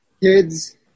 kids